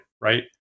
right